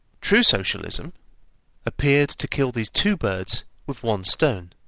true socialism appeared to kill these two birds with one stone.